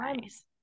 nice